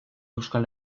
euskal